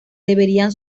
deberían